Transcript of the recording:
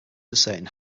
asserting